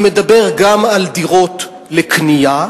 אני מדבר גם על דירות לקנייה,